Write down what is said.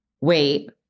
wait